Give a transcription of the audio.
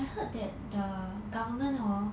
I heard that the government hor